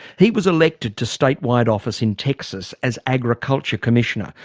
he was elected to state-wide office in texas as agriculture commissioner,